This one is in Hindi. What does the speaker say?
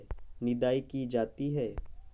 निदाई की जाती है?